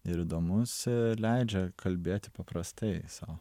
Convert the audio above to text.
ir įdomus leidžia kalbėti paprastai sau